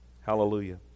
Hallelujah